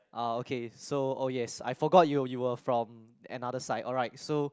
ah okay so oh yes I forgot you you were from another side alright so